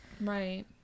right